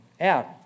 out